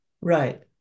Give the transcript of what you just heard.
Right